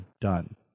done